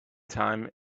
time